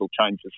changes